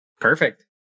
Perfect